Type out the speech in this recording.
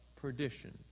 perdition